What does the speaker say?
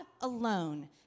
alone